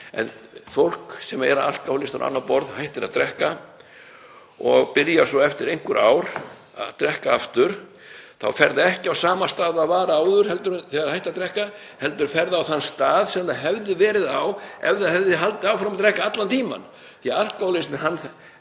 En fólk sem er alkóhólistar á annað borð hættir að drekka og byrjar svo eftir einhver ár að drekka aftur fer ekki á sama stað og það var áður þegar það hætti að drekka heldur fer það á þann stað sem það hefði verið á ef það hefði haldið áfram að drekka allan tímann